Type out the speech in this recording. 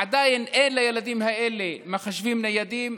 עדיין אין לילדים האלה מחשבים ניידים,